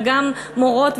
וגם מורות,